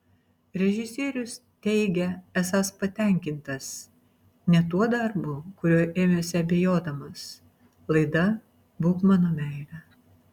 režisierius teigia esąs patenkintas net tuo darbu kurio ėmėsi abejodamas laida būk mano meile